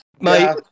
Mate